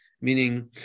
meaning